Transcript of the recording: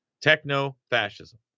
Techno-fascism